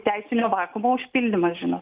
teisinio vakuumo užpildymas žinot